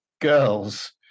girls